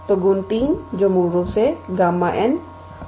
तो गुण 3 जो मूल रूप से Γ𝑛 𝑛 − 1